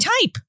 type